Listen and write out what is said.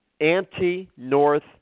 anti-North